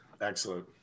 Excellent